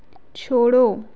छोड़ो